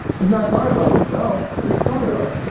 he's not talking about himself, who's he talking about?